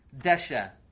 Desha